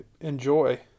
enjoy